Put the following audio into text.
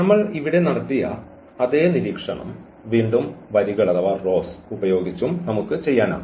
നമ്മൾ ഇവിടെ നടത്തിയ അതേ നിരീക്ഷണം വീണ്ടും വരികൾ ഉപയോഗിച്ചും നമുക്ക് ചെയ്യാനാകും